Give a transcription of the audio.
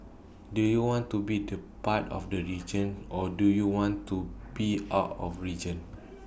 do you want to be the part of the region or do you want to be out of region